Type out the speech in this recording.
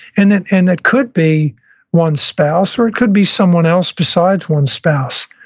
and it and it could be one's spouse or it could be someone else besides one's spouse.